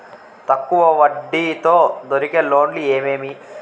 తక్కువ వడ్డీ తో దొరికే లోన్లు ఏమేమీ?